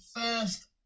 first